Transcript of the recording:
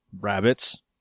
rabbits